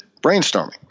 brainstorming